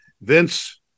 Vince